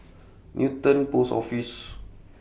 Newton Post Office